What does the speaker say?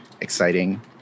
exciting